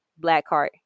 blackheart